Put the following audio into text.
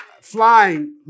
flying